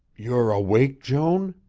you're awake, joan?